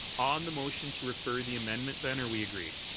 on the motion to refer the amendment then, are we agreed?